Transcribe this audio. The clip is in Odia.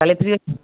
କାଲି ଫ୍ରୀ ଅଛନ୍ତି